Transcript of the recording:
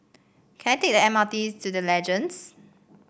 can I take the M R T to The Legends